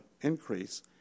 increase